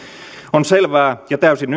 on selvää ja täysin